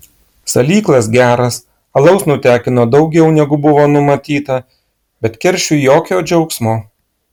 salyklas geras alaus nutekino daugiau negu buvo numatyta bet keršiui jokio džiaugsmo